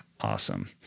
Awesome